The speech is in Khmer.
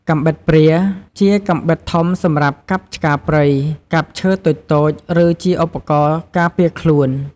កាំបិតព្រា ជាកាំបិតធំសម្រាប់កាប់ឆ្ការព្រៃ កាប់ឈើតូចៗ ឬជាឧបករណ៍ការពារខ្លួន។